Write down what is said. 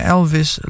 Elvis